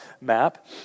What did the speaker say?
map